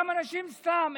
גם אנשים סתם,